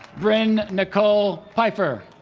bryn nicole pfeiffer